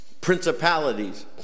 Principalities